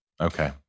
Okay